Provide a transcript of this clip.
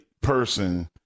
person